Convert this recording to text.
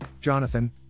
Jonathan